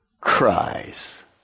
cries